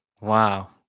Wow